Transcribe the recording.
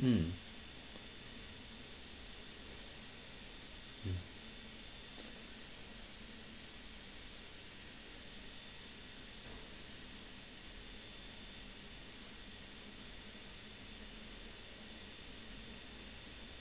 mm mm